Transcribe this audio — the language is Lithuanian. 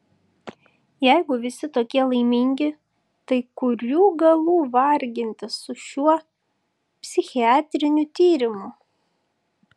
jeigu visi tokie laimingi tai kurių galų vargintis su šiuo psichiatriniu tyrimu